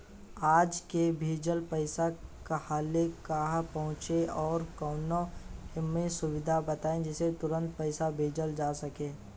आज के भेजल पैसा कालहे काहे पहुचेला और कौनों अइसन सुविधा बताई जेसे तुरंते पैसा भेजल जा सके?